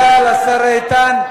תודה לשר איתן.